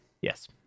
Yes